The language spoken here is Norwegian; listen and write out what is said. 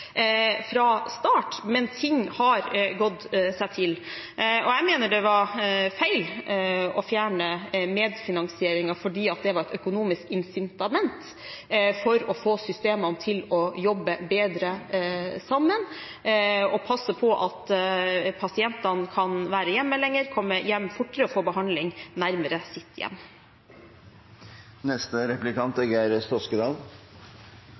fra start, men ting har gått seg til. Jeg mener det var feil å fjerne medfinansieringen, fordi det var et økonomisk incitament for å få systemene til å jobbe bedre sammen og passe på at pasientene kunne være hjemme lenger, komme hjem fortere og få behandling nærmere sitt hjem. Det er